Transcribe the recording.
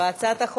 גברתי היושבת-ראש,